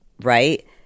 right